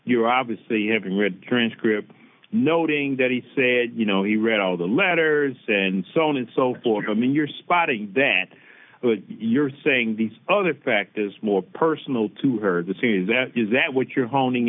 you obviously haven't read current script noting that he said you know he read all the letters and so on and so forth i mean you're spotting that you're saying these other fact is more personal to her the scene that is that what you're honing